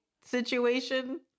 situation